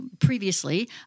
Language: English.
previously